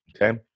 Okay